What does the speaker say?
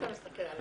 אין הבקשה,